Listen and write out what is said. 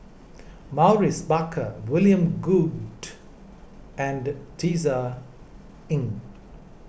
Maurice Baker William Goode and Tisa Ng